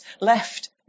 left